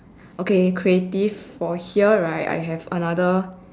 okay creative for here right I have another